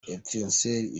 etincelles